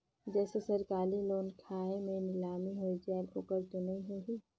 जैसे सरकारी लोन खाय मे नीलामी हो जायेल ओकर तो नइ होही?